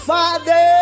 Father